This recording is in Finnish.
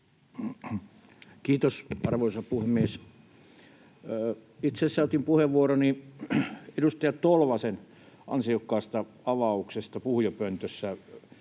Kiitos, arvoisa puhemies! Itse asiassa otin puheenvuoroni edustaja Tolvasen ansiokkaasta avauksesta puhujapöntössä